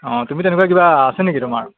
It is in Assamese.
অঁ তুমি তেনেকুৱা কিবা আছে নেকি তোমাৰ